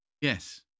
Yes